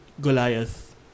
Goliath